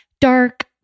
dark